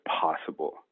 possible